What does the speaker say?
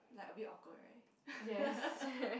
like a bit awkward right